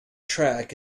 track